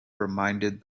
reminded